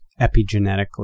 epigenetically